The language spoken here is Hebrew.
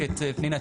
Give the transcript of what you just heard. פנינה,